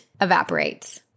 evaporates